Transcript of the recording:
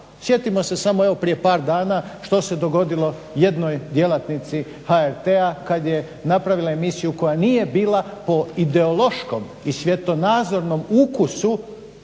Sjetimo se samo prije par dana što se dogodilo jednoj djelatnici HRT-a kad je napravila emisiju koja nije bila po ideološkom i svjetonazornom ukusu